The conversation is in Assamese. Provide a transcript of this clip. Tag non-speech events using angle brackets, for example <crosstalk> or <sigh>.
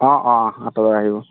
<unintelligible>